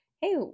Hey